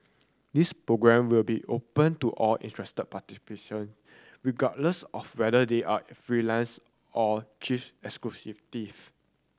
this programme will be open to all interested participant regardless of whether they are freelancer or chief executive